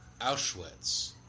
Auschwitz